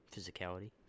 Physicality